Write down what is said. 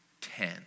ten